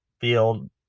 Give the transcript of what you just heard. field